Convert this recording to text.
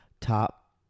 top